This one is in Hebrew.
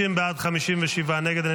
50 בעד, 57 נגד.